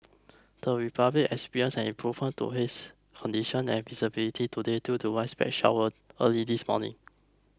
the Republic experienced an improvement to haze conditions and visibility today due to widespread showers early this morning